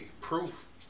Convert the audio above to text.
proof